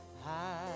high